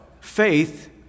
faith